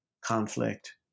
conflict